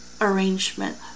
Arrangement